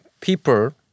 people